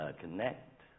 connect